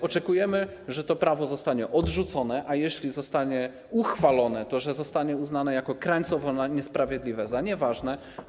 Oczekujemy, że to prawo zostanie odrzucone, a jeśli zostanie uchwalone - że zostanie uznane, jako krańcowo niesprawiedliwe, za nieważne.